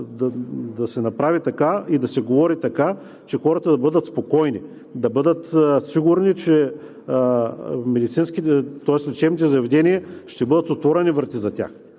да се направи така, и да се говори така, че хората да бъдат спокойни, да бъдат сигурни, че лечебните заведения ще бъдат с отворени врати за тях.